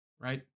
right